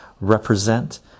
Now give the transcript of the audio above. represent